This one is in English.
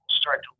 start